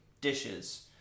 dishes